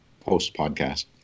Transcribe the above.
post-podcast